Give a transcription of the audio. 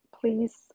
Please